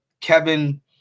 Kevin